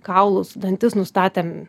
kaulus dantis nustatėm